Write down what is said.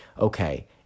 okay